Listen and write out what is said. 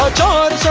dog